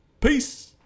Peace